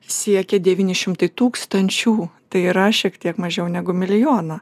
siekė devyni šimtai tūkstančių tai yra šiek tiek mažiau negu milijoną